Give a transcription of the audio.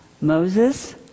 Moses